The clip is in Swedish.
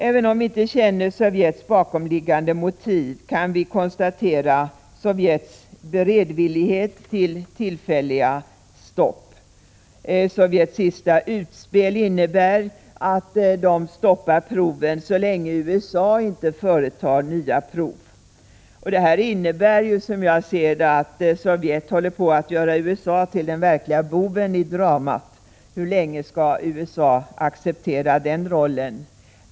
Även om vi inte känner Sovjets bakomliggande motiv kan vi konstatera Sovjets beredvillighet till tillfälliga stopp. Sovjets senaste utspel innebär att man stoppar proven så länge USA inte företar nya prov. Detta innebär, som jag ser det, att Sovjet håller på att göra USA till den verklige boven i dramat. Hur länge skall USA acceptera den rollen?